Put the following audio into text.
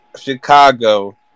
Chicago